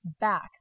back